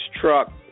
truck